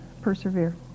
persevere